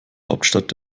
hauptstadt